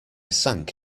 sank